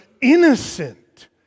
innocent